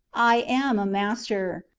i am a master.